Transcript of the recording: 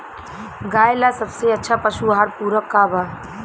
गाय ला सबसे अच्छा पशु आहार पूरक का बा?